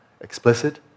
Explicit